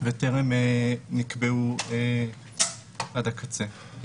וטרם נקבעו עד הקצה.